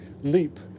leap